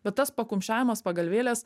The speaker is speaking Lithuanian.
bet tas pakumščiavimas pagalvėlės